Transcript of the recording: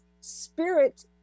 spirit